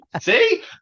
See